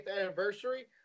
anniversary